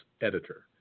editor